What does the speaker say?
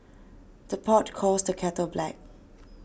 the pot calls the kettle black